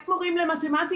אין מורים למתמטיקה.